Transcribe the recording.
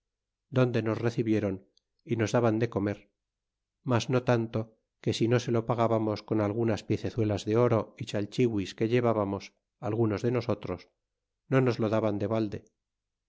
donde nos recibieron y nos daban de comer mas no tanto que si no se lo pagábamos con algunas piecezuelas de oro y chalchihuis que llevábamos algunos de nosotros no nos lo daban de valde